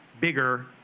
bigger